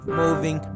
moving